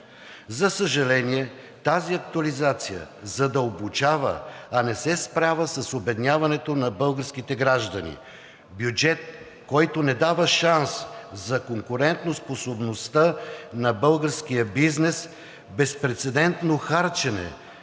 За съжаление, тази актуализация задълбочава, а не се справя с обедняването на българските граждани – бюджет, който не дава шанс за конкурентоспособността на българския бизнес, безпрецедентно харчене,